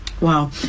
wow